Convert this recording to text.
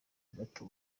gato